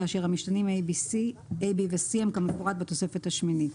כאשר המשתנים b,a ו-c הם כמפורט בתוספת השמינית.